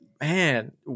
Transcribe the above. man